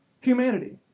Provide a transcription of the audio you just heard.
humanity